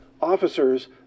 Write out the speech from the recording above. officers